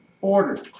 order